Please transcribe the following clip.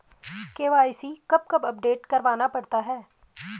KYC कब कब update करवाना पड़ता है?